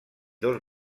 dos